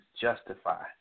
justify